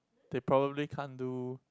they probably can't do